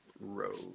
Road